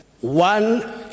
One